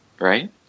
right